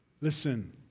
Listen